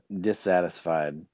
dissatisfied